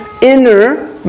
inner